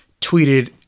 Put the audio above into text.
tweeted